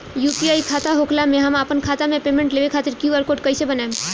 UPI खाता होखला मे हम आपन खाता मे पेमेंट लेवे खातिर क्यू.आर कोड कइसे बनाएम?